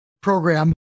program